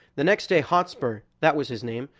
the next day hotspur, that was his name,